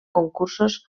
concursos